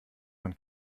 man